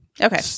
Okay